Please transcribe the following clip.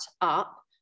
up